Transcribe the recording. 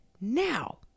Now